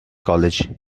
college